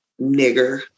nigger